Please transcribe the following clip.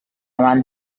man